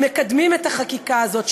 מקדמים את החקיקה הזאת,